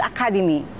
Academy